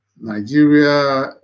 Nigeria